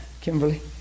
Kimberly